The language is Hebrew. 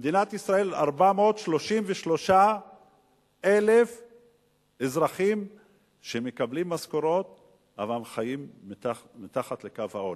במדינת ישראל 433,000 אזרחים שמקבלים משכורות אבל חיים מתחת לקו העוני.